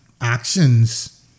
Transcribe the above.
actions